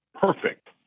perfect